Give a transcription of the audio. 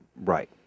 Right